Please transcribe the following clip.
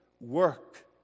work